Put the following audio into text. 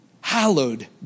Hallowed